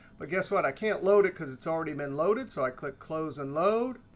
but guess what, i can't load it because it's already been loaded. so i click close and load.